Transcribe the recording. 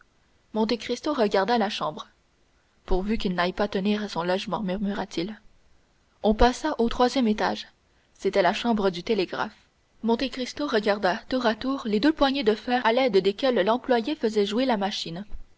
voyez monte cristo regarda la chambre pourvu qu'il n'aille pas tenir à son logement murmura-t-il on passa au troisième étage c'était la chambre du télégraphe monte cristo regarda tour à tour les deux poignées de fer à l'aide desquelles l'employé faisait jouer la machine